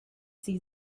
sie